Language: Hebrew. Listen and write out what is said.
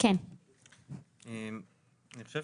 אני חושב